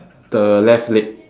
the left leg